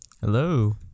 Hello